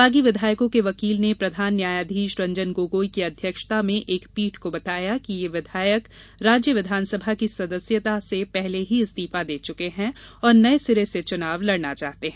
बागी विधायकों के वकील ने प्रधान न्यायाधीश रंजन गोगोई की अध्यक्षता में एक पीठ को बताया कि ये विधायक राज्य विधानसभा की सदस्यता से पहले ही इस्तीफा दे चुके हैं और नए सिरे से चुनाव लड़ना चाहते हैं